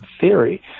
theory